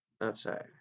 outside